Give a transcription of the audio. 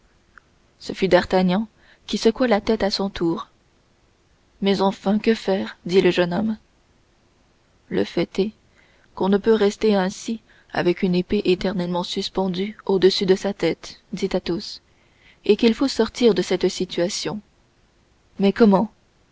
ce fut d'artagnan qui secoua la tête à son tour mais enfin que faire dit le jeune homme le fait est qu'on ne peut rester ainsi avec une épée éternellement suspendue au-dessus de sa tête dit athos et qu'il faut sortir de cette situation mais comment